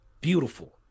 Beautiful